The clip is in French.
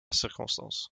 circonstance